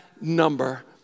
number